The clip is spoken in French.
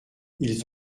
ils